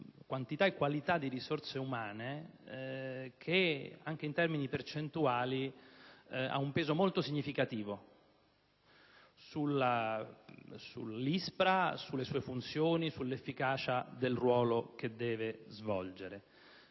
quantità e qualità di risorse umane che, anche in termini percentuali, ha un peso molto significativo sull'ISPRA, sulle sue funzioni, sull'efficacia del ruolo che quell'Istituto